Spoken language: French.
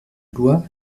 loi